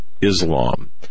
Islam